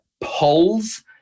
polls